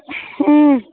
اۭں